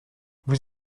vous